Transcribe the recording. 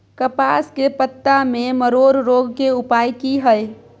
कपास के पत्ता में मरोड़ रोग के उपाय की हय?